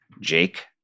Jake